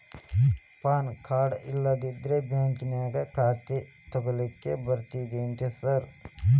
PAN card ಇಲ್ಲಂದ್ರ ಬ್ಯಾಂಕಿನ್ಯಾಗ ಖಾತೆ ತೆಗೆಲಿಕ್ಕಿ ಬರ್ತಾದೇನ್ರಿ ಸಾರ್?